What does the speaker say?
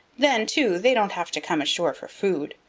then, too, they don't have to come ashore for food.